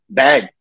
bad